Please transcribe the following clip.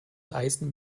eisen